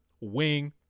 wing